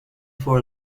for